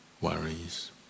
worries